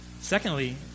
Secondly